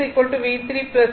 V V4 V3